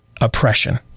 oppression